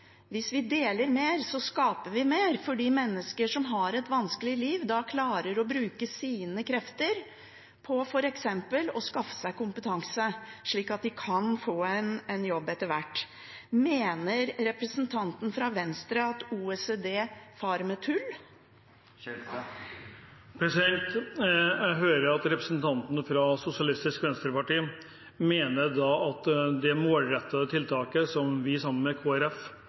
hvis vi deler mer, skaper vi mer, for da vil mennesker som har et vanskelig liv, klare å bruke sine krefter på f.eks. å skaffe seg kompetanse, slik at de kan få en jobb etter hvert. Mener representanten fra Venstre at OECD farer med tull? Jeg hører at representanten fra Sosialistisk Venstreparti mener at det målrettede tiltaket som vi sammen med